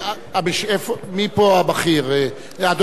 אדוני שר המשפטים, האם אתם לא משיבים?